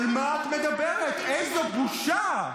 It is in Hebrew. איזו בושה.